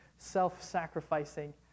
self-sacrificing